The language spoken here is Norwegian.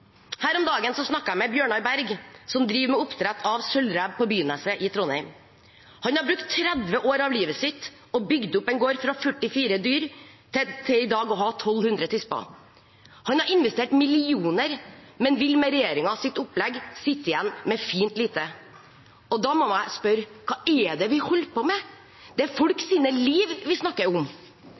Her om dagen snakket jeg med Bjørnar Berg, som driver med oppdrett av sølvrev på Byneset i Trondheim. Han har brukt 30 år av livet sitt på å bygge opp en gård fra 44 dyr til i dag å ha 1 200 tisper. Han har investert millioner, men vil med regjeringens opplegg sitte igjen med fint lite. Da må jeg spørre: Hva er det vi holder på med? Det er folks liv vi snakker om.